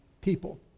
people